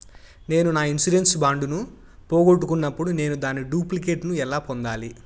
నేను నా insurance bond ను పోగొట్టుకున్నప్పుడు నేను దాని డూప్లికేట్ ను ఎలా పొందాలి?